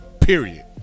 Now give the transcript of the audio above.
Period